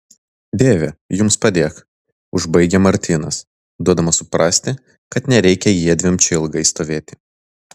dieve jums padėk užbaigia martynas duodamas suprasti kad nereikia jiedviem čia ilgai stovėti